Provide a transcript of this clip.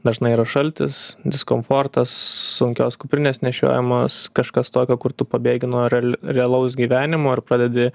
dažnai yra šaltis diskomfortas sunkios kuprinės nešiojamos kažkas tokio kur tu pabėgi nuo real realaus gyvenimo ir pradedi